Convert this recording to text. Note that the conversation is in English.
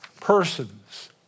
persons